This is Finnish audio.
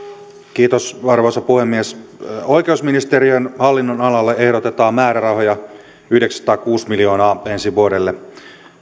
kiitos arvoisa puhemies oikeusministeriön hallinnonalalle ehdotetaan määrärahoja yhdeksänsataakuusi miljoonaa ensi vuodelle